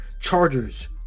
Chargers